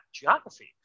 geography